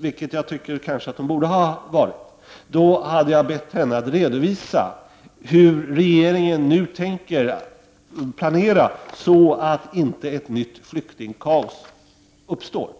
vilket jag nog anser att hon borde ha varit, hade jag > bett henne redovisa hur regeringen nu tänker planera, så att ett nytt flykting kaos inte uppstår.